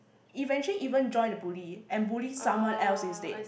eventually even join the bully and bully someone else instead